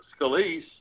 Scalise